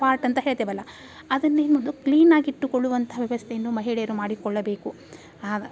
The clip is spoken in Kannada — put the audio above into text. ಪಾರ್ಟ್ ಅಂತ ಹೇಳ್ತೇವಲ್ಲ ಅದನ್ನು ಏನು ಮಾಡೋದು ಕ್ಲೀನ್ ಆಗಿ ಇಟ್ಟುಕೊಳ್ಳುವಂಥ ವ್ಯವಸ್ಥೆಯನ್ನು ಮಹಿಳೆಯರು ಮಾಡಿಕೊಳ್ಳಬೇಕು ಆದ